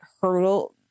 hurdle